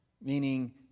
meaning